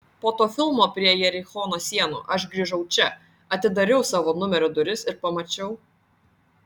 po to filmo prie jerichono sienų aš grįžau čia atidariau savo numerio duris ir pamačiau